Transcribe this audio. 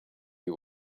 you